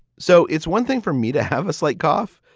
so it's one thing for me to have a slight cough.